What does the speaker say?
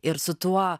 ir su tuo